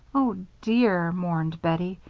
oh, dear, mourned bettie,